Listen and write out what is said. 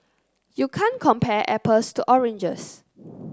you can't compare apples to oranges